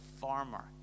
farmer